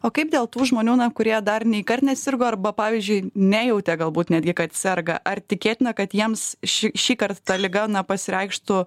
o kaip dėl tų žmonių na kurie dar nei kart nesirgo arba pavyzdžiui nejautė galbūt netgi kad serga ar tikėtina kad jiems šį šįkart ta liga na pasireikštų